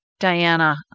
Diana